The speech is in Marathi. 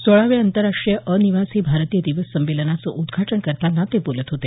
सोळाव्या आंतरराष्ट्रीय अनिवासी भारतीय दिवस संमेलनाचं उदघाटन करताना ते बोलत होते